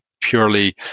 purely